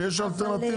כשיש אלטרנטיבה.